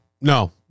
No